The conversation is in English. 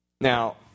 Now